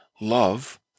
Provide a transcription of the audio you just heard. love